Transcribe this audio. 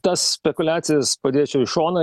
tas spekuliacijas padėčiau į šoną